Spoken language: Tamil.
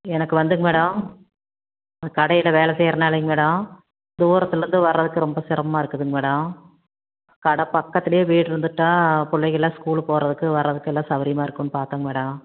எனக்கு வந்துங்க மேடம் கடையில் வேலை செய்றதுனாலைங்க மேடம் தூரத்துலேருந்து வர்றதுக்கு ரொம்ப சிரமமாக இருக்குதுங்க மேடம் கடை பக்கத்துலேயே வீடு இருந்துவிட்டா பிள்ளைக எல்லாம் ஸ்கூலுக்கு போகிறதுக்கு வர்றதுக்கு எல்லாம் சௌகரியமா இருக்கும்னு பார்த்தேன் மேடம்